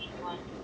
ya